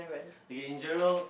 again Jerald